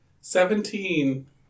Seventeen